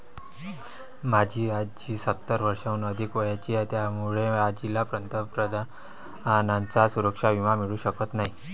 माझी आजी सत्तर वर्षांहून अधिक वयाची आहे, त्यामुळे आजीला पंतप्रधानांचा सुरक्षा विमा मिळू शकत नाही